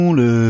le